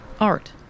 art